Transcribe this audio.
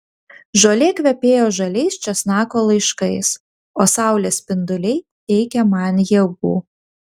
žolė kvepėjo žaliais česnako laiškais o saulės spinduliai teikė man jėgų